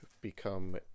become